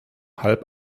halb